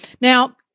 Now